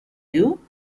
you